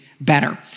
better